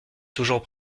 toujours